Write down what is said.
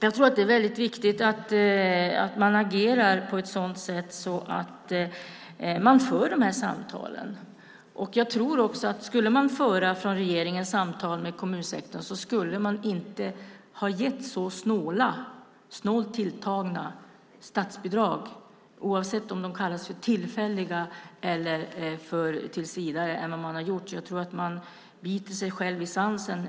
Jag tror att det är viktigt att man agerar på ett sådant sätt att man för dessa samtal. Om man från regeringen hade fört samtal med kommunsektorn skulle man inte ha gett så snålt tilltagna statsbidrag som man har gjort, oavsett om de kallas tillfälliga eller om de gäller tills vidare. Jag tror att man biter sig själv i svansen.